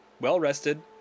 well-rested